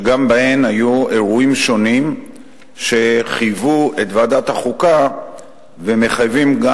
שגם בהן היו אירועים שונים שחייבו את ועדת החוקה ומחייבים גם